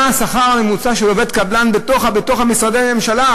מה השכר הממוצע של עובד קבלן בתוך משרדי הממשלה,